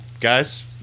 guys